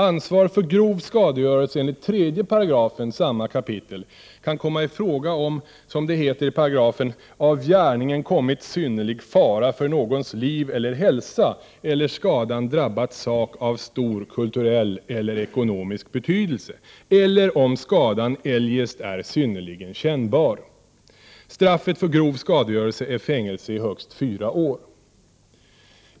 Ansvar för grov skadegörelse enligt 3 § samma kapitel kan komma i fråga om — som det heter i paragrafen — av gärningen kommit synnerlig fara för någons liv eller hälsa eller skadan drabbat sak av stor kulturell eller ekonomisk betydelse eller om skadan eljest är synnerligen kännbar. Straffet för grov skadegörelse är fängelse i högst fyra år.